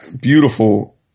beautiful